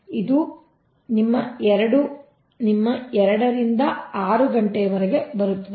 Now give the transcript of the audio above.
ಆದ್ದರಿಂದ ಇದು ನಿಮ್ಮ 2 ನಿಮ್ಮ 6 ರಿಂದ 8 ರವರೆಗೆ ಬರುತ್ತದೆ